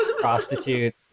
prostitute